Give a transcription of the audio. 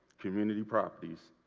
community properties,